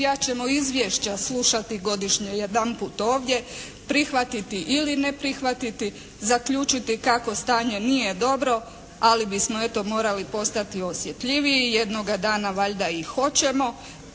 čija ćemo izvješća slušati godišnje jedanput ovdje, prihvatiti ili ne prihvatiti, zaključiti kako stanje nije dobro, ali bismo eto morali postati osjetljiviji. Jednoga dana valjda i hoćemo.